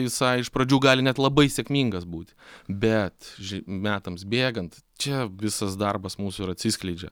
visai iš pradžių gali net labai sėkmingas būti bet metams bėgant čia visas darbas mūsų ir atsiskleidžia